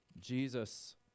Jesus